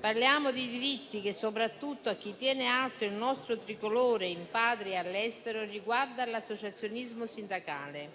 Parliamo di diritti che, soprattutto a chi tiene alto il nostro Tricolore in Patria e all'estero, riguardano l'associazionismo sindacale,